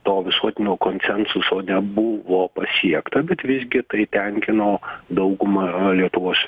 to visuotinio konsensuso nebuvo pasiekta bet visgi tai tenkino daugumą lietuvos